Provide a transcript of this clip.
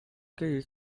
career